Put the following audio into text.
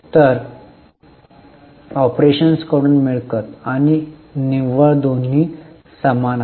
तर ऑपरेशन्स कडून मिळकत आणि निव्वळ दोन्ही समान आहेत